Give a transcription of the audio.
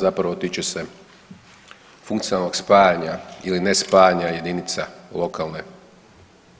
Zapravo tiče se funkcionalnog spajanja ili nespajanja jedinica lokalne